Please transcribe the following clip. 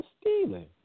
stealing